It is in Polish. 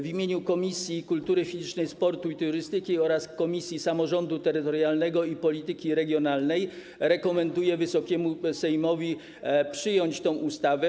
W imieniu Komisji Kultury Fizycznej, Sportu i Turystyki oraz Komisji Samorządu Terytorialnego i Polityki Regionalnej rekomenduję Wysokiemu Sejmowi przyjęcie tej ustawy.